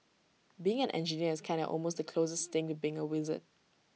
being an engineer is kinda almost the closest thing to being A wizard